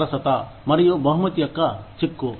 సరసత మరియు బహుమతి యొక్క చిక్కు